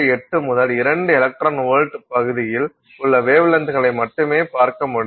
8 முதல் 2 electron volt பகுதியில் உள்ள வேவ்லென்த்களை மட்டுமே பார்க்க முடியும்